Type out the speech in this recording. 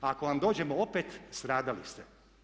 A ako vam dođemo opet stradali ste.